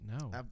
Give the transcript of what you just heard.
no